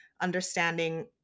understanding